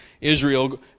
Israel